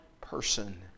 person